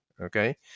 okay